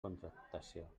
contractació